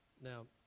Now